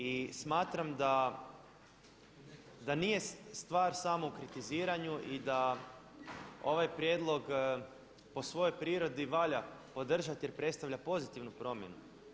I smatram da nije stvar samo u kritiziranju i da ovaj prijedlog po svojoj prirodi valja podržati jer predstavlja pozitivnu promjenu.